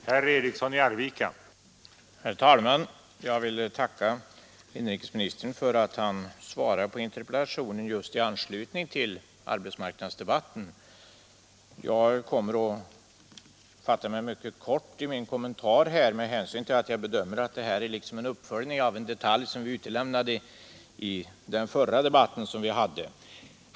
Herr talman! Jag vill tacka inrikesministern för att han svarar på min interpellation just i anslutning till arbetsmarknadsdebatten. Jag kommer att fatta mig mycket kort i min kommentar med hänsyn till att jag bedömer saken så, att det här är en uppföljning av en viktig detalj som vi utelämnade i den förra delen av debatten.